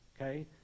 okay